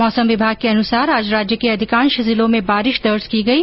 मौसम विभाग के अनुसार आज राज्य के अधिकांश जिलों में बारिश दर्ज की गई